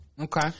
Okay